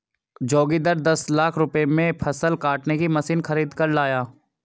जोगिंदर दस लाख रुपए में फसल काटने की मशीन खरीद कर लाया